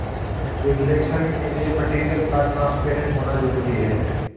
reflection के लिए material का ट्रांसपेरेंट होना जरूरी है